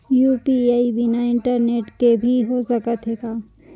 UPI बिना internet के भी हो सकत हे का?